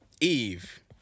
Eve